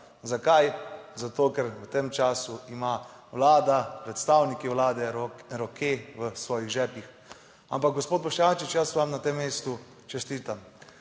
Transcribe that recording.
Zakaj? Zato, ker v tem času ima Vlada, predstavniki Vlade roke v svojih žepih. Ampak gospod Boštjančič, jaz vam na tem mestu čestitam.